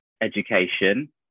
education